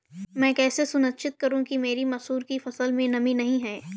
मैं कैसे सुनिश्चित करूँ कि मेरी मसूर की फसल में नमी नहीं है?